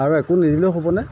আৰু একো নিদিলেও হ'বনে